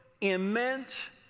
immense